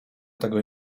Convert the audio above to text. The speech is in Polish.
tego